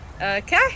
Okay